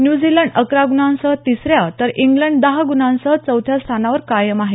New Zealand अकरा गुणांसह तिसऱ्या तर इंग्लंड दहा गुणांसह चौथ्या स्थानावर कायम आहे